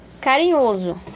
Carinhoso